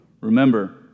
Remember